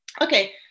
Okay